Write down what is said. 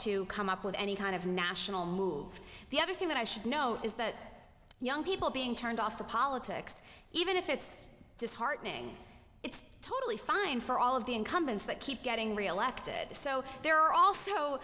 to come up with any kind of national move the other thing that i should know is that young people being turned off to politics even if it's disheartening it's totally fine for all of the incumbents that keep getting reelected so there are also